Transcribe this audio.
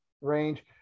range